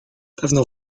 pewno